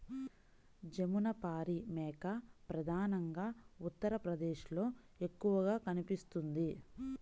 జమునపారి మేక ప్రధానంగా ఉత్తరప్రదేశ్లో ఎక్కువగా కనిపిస్తుంది